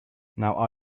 now